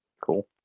Cool